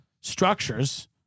structures